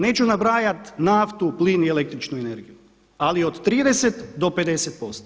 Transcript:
Neću nabrajati naftu, plin i električnu energiju ali od 30 do 50%